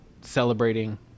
celebrating